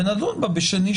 ונדון בה בשני,